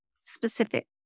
specific